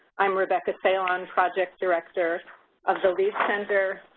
i'm rebecca salon, project director of the lead center.